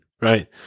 right